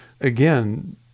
again